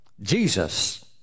Jesus